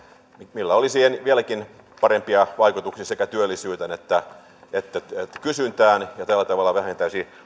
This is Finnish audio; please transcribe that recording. millä olisi vieläkin parempia vaikutuksia sekä työllisyyteen että että kysyntään ja tällä tavalla se vähentäisi